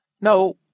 No